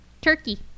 Turkey